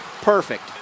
Perfect